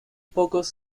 pocos